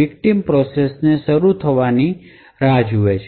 victim process ની શરૂ થવાની રાહ જુએ છે